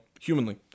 humanly